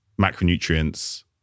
macronutrients